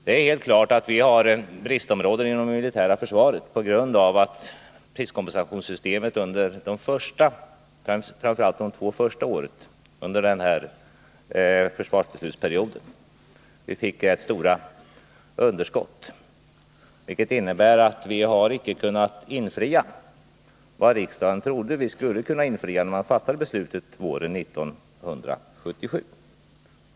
Det är helt klart att det finns bristområden inom det militära försvaret, på grund av att priskompensationssystemet under framför allt de två första åren av den innevarande försvarsbeslutsperioden inte kunde förhindra rätt stora underskott. Det innebär att vi icke har kunnat infria vad riksdagen trodde att vi skulle infria när beslutet fattades våren 1977.